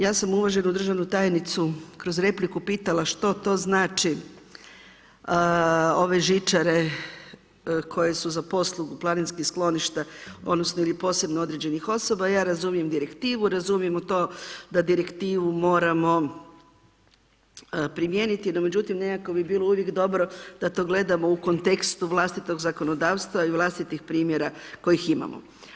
Ja sam uvaženu državnu tajnicu kroz repliku pitala što to znači ove žičare koje su za … planinskim skloništa odnosno ili posebno određenih osoba, ja razumijem direktivu, razumijem u to da direktivu moramo primijeniti, no međutim nekako bi bilo uvijek dobro da to gledamo u kontekstu vlastitog zakonodavstva i vlastitih primjera kojih imamo.